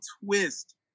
twist